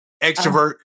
extrovert